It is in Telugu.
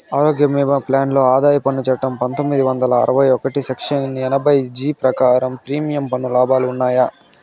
ఆరోగ్య భీమా ప్లాన్ లో ఆదాయ పన్ను చట్టం పందొమ్మిది వందల అరవై ఒకటి సెక్షన్ ఎనభై జీ ప్రకారం ప్రీమియం పన్ను లాభాలు ఉన్నాయా?